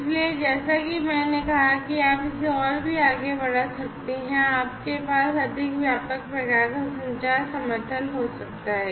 इसलिए जैसा कि मैंने कहा कि आप इसे और भी आगे बढ़ा सकते हैं और आपके पास अधिक व्यापक प्रकार का संचार समर्थन हो सकता है